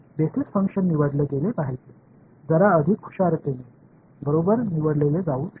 basis function निवडले गेले पाहिजे जरा अधिक हुशारतेने बरोबर निवडले जाऊ शकते